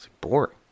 boring